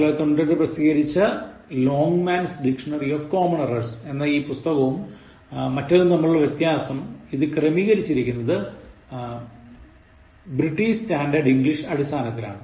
1998ൽ പ്രസിദ്ധികരിച്ച Longman's Dictionary of Common Errors എന്ന ഈ പുസ്തകവും മറ്റതും തമ്മിലുള്ള വ്യത്യാസം ഇത് ക്രമീകരിച്ചിരിക്കുന്നത് ബ്രിട്ടീഷ് സ്റ്റാൻഡേർഡ് ഇംഗ്ലീഷിന്റെ അടിസ്ഥാനത്തിലാണ്